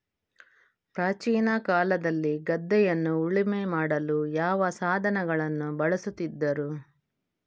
ಪ್ರಾಚೀನ ಕಾಲದಲ್ಲಿ ಗದ್ದೆಯನ್ನು ಉಳುಮೆ ಮಾಡಲು ಯಾವ ಸಾಧನಗಳನ್ನು ಬಳಸುತ್ತಿದ್ದರು?